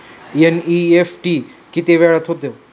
NEFT किती वेळात होते?